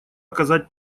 оказать